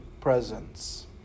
presence